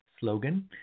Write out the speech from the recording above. slogan